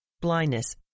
blindness